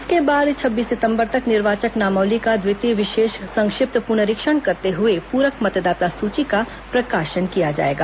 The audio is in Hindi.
इसके बाद छब्बीस सितम्बर तक निर्वाचक नामावली का द्वितीय विशेष संक्षिप्त पुनरीक्षण करते हुए पूरक मतदाता सूची का प्रकाशन किया जाएगा